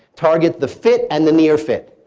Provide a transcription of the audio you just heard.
target the fit and the near fit.